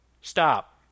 Stop